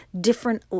different